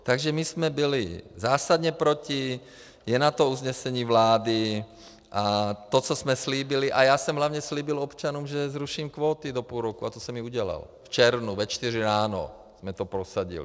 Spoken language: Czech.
Takže my jsme byli zásadně proti, je na to usnesení vlády a to, co jsme slíbili a já jsem hlavně slíbil občanům, že zruším kvóty do půl roku, a to jsem i udělal, v červnu ve čtyři ráno jsme to prosadili.